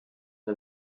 the